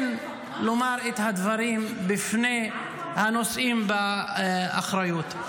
כן לומר את הדברים בפני הנושאים באחריות.